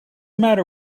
matter